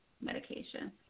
medication